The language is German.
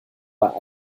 bei